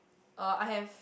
uh I have